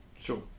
Sure